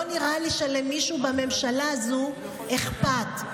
לא נראה שלמישהו בממשלה הזו אכפת.